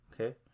okay